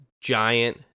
giant